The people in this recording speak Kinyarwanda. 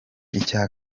icya